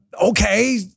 okay